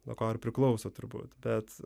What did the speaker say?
nuo ko ir priklauso turbūt bet